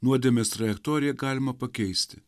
nuodėmės trajektoriją galima pakeisti